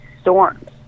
storms